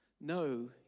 No